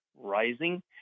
rising